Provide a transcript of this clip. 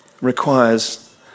Requires